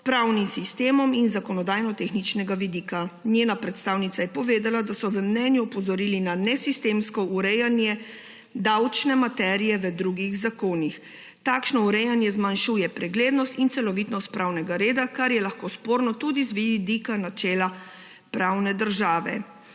pravnim sistemom in z zakonodajnotehničnega vidika. Njena predstavnica je povedala, da so v mnenju opozorili na nesistemsko urejanje davčne materije v drugih zakonih. Takšno urejanje zmanjšuje preglednost in celovitnost pravnega reda, kar je lahko sporno tudi z vidika načela pravne države.